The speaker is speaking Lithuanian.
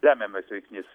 lemiamas veiksnys